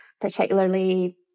particularly